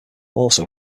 also